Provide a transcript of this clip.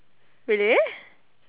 really